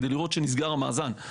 כדי לראות שנסגר המאזן.